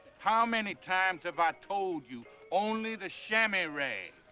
how many times have i told you, only the shammy rag?